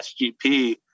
SGP